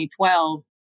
2012